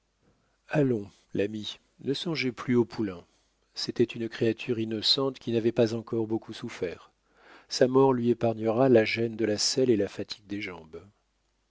allons l'ami ne songez plus au poulain c'était une créature innocente qui n'avait pas encore beaucoup souffert sa mort lui épargnera la gêne de la selle et la fatigue des jambes